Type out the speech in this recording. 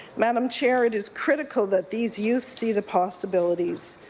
madam chair, it is critical that these youth see the possibilities,